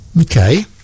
Okay